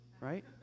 right